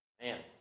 Man